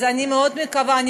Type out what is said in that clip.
אז אני מאוד מקווה,